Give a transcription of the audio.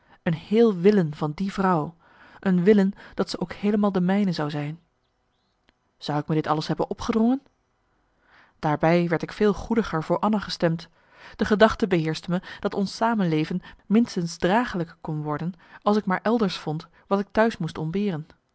een heel willen van die vrouw een willen dat ze ook heelemaal de mijne zou zijn zou ik me dit alles hebben opgedrongen daarbij werd ik veel goediger voor anna gestemd de gedachte beheerschte me dat ons samenleven minstens dragelijk kon worden als ik maar marcellus emants een nagelaten bekentenis elders vond wat ik t'huis moest ontberen